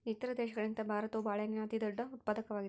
ಇತರ ದೇಶಗಳಿಗಿಂತ ಭಾರತವು ಬಾಳೆಹಣ್ಣಿನ ಅತಿದೊಡ್ಡ ಉತ್ಪಾದಕವಾಗಿದೆ